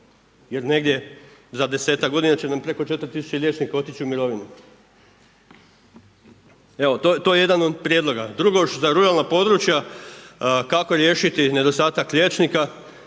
Jer negdje za 10-tak g. će nam preko 4000 liječnika otići u mirovinu. To je jedan od prijedloga. Drugo za ruralna područja kako riješiti nedostatak liječnika,